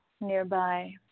nearby